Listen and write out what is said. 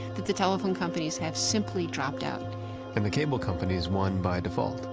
that the telephone companies have simply dropped out and the cable companies won by default.